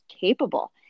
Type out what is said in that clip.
capable